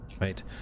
Right